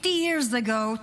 50 years ago,